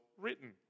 written